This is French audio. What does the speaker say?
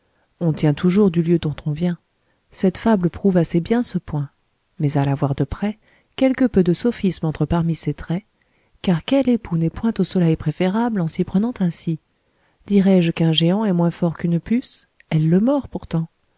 on tient toujours du lieu dont on vient cette fable prouve assez bien ce point mais à la voir de près quelque peu de sophisme entre parmi ses traits car quel époux n'est point au soleil préférable en s'y prenant ainsi dirai-je qu'un géant est moins fort qu'une puce elle le mord pourtant